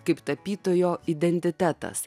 kaip tapytojo identitetas